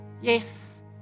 yes